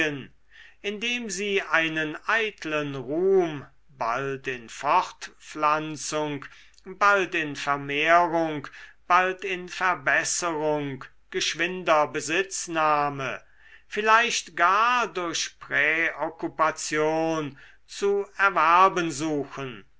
indem sie einen eitlen ruhm bald in fortpflanzung bald in vermehrung bald in verbesserung geschwinder besitznahme vielleicht gar durch präokkupation zu erwerben suchen